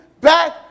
back